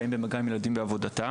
באים במגע עם ילדים בעבודתם.